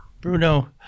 Bruno